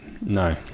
No